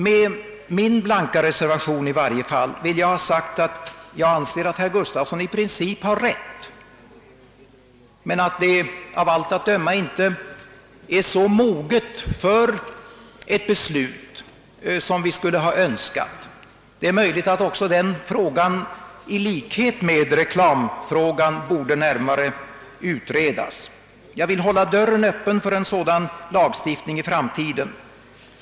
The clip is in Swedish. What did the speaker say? Med min blanka reservation vill jag ha sagt att jag anser att herr Gustafsson i princip har rätt men att tiden ännu inte är mogen för ett sådant beslut. Det är möjligt att också den frågan i likhet med reklamfrågan närmare bör utredas. Jag vill hålla dörren öppen för en sådan lagstiftning i framtiden.